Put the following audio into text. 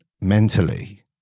mentally